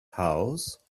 house